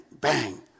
bang